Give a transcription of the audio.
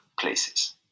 places